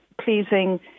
pleasing